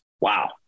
wow